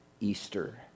Easter